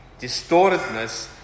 distortedness